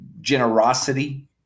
generosity